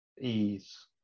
ease